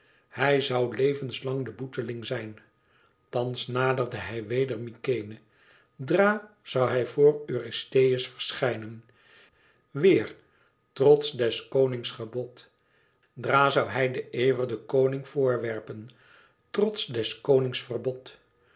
hij zoû levenslang de boeteling zijn thans naderde hij weder mykenæ dra zoû hij voor eurystheus verschijnen weêr trots des konings gebod dra zoû hij den ever den koning voor werpen trots des konings verbod